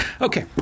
Okay